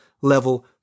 level